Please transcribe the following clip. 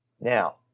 Now